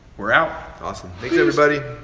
we're out. awesome, thanks everybody.